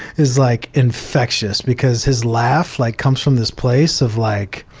is like infectious because his laugh like comes from this place of like,